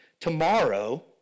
Tomorrow